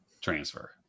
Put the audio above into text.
transfer